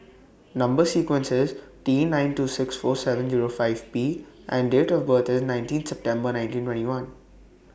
Number sequence IS T nine two six four seven Zero five P and Date of birth IS nineteenth September nineteen twenty one